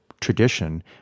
tradition